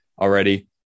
already